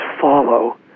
follow